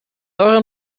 euren